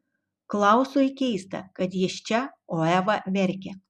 klausui keista kad jis čia o eva verkia